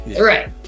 Right